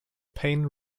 pain